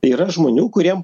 yra žmonių kuriem